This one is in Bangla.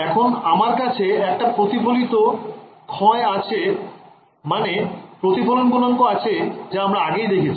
এখন আমার কাছে একটা প্রতিফলিত ক্ষয় আছে মানে প্রতিফলন গুনাঙ্ক আছে যা আমরা আগেই দেখেছি